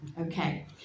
okay